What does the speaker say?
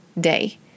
day